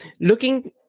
Looking